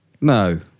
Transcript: no